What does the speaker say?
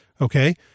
Okay